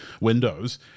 Windows